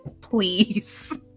please